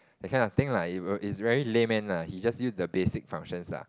that kind of thing lah he's very layman ah he just use the basic functions lah